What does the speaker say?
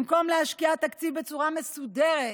במקום להשקיע תקציב בצורה מסודרת,